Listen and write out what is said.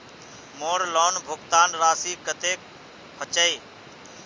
मोर लोन भुगतान राशि कतेक होचए?